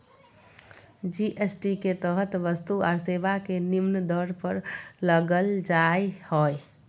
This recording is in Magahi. जी.एस.टी के तहत वस्तु और सेवा के निम्न दर पर लगल जा हइ